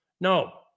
No